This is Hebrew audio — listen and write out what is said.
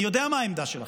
אני יודע מה העמדה שלכם,